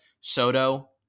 Soto